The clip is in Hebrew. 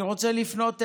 אני רוצה לפנות אלייך,